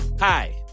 Hi